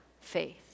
faith